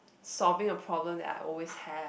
solving a problem that I always have